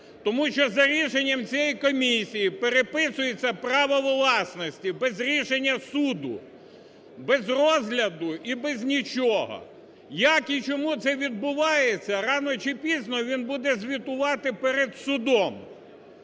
Тому, що за рішенням цієї комісії переписується право власності без рішення суду, без розгляду і без нічого. Як і чому це відбувається, рано чи пізно він буде звітувати перед судом.